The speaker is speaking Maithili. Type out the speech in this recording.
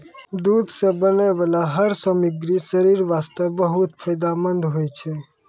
दूध सॅ बनै वाला हर सामग्री शरीर वास्तॅ बहुत फायदेमंंद होय छै